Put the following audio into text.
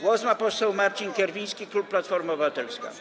Głos ma poseł Marcin Kierwiński, klub Platforma Obywatelska.